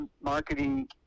marketing